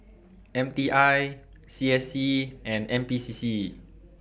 M T I C S C and N P C C